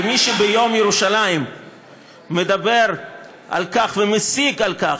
כי מי שביום ירושלים מדבר על כך ומשיג על כך